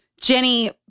jenny